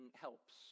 helps